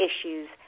issues